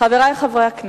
חברי חברי הכנסת,